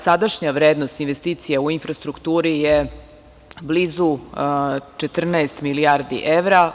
Sadašnja vrednost investicija u infrastrukturu je blizu 14 milijardi evra.